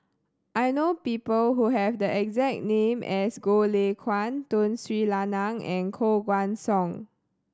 I know people who have the exact name as Goh Lay Kuan Tun Sri Lanang and Koh Guan Song